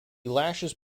lashes